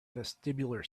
vestibular